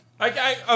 Okay